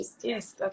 yes